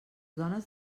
dones